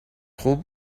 trop